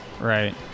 Right